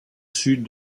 sud